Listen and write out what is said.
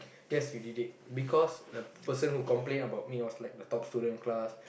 yes you did it because the person who complain about me was like a top student in class